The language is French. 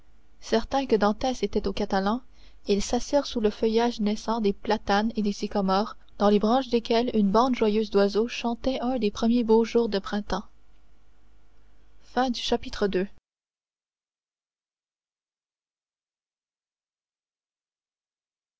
certains que dantès était aux catalans ils s'assirent sous le feuillage naissant des platanes et des sycomores dans les branches desquels une bande joyeuse d'oiseaux chantaient un des premiers beaux jours de printemps